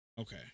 Okay